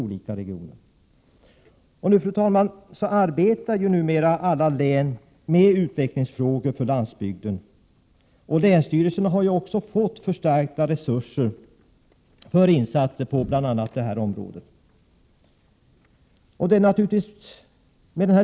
Alla län arbetar numera med frågor om landsbygdsutveckling, och länsstyrelserna har också fått förstärkta resurser för insatser på bl.a. detta område. Med den här typen av decentraliserade arbetsformer kan Prot.